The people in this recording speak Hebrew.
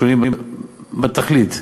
שונים בתכלית.